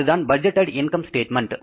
அதுதான் budgeted income statement